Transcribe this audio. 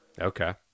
okay